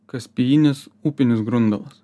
kaspijinis upinis grundalas